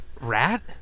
Rat